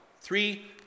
Three